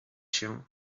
się